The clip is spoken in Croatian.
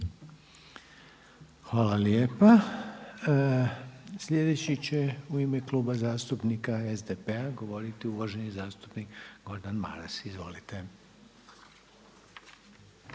Hvala lijepa. Sljedeći će u ime Kluba zastupnika SDP-a govoriti uvaženi zastupnik Gordan Maras. Izvolite.